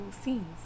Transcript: scenes